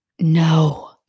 no